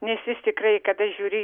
nes jis tikrai kada žiūri